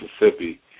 Mississippi